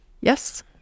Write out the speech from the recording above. Yes